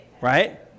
right